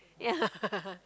yeah